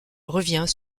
revient